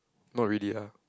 not really lah